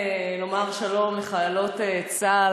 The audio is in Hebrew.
לומר שלום לחיילות צה"ל,